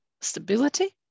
Stability